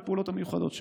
בפעולות המיוחדות שלה.